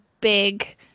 big